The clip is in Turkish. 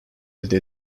elde